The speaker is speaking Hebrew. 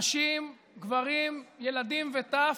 נשים, גברים, ילדים וטף,